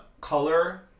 color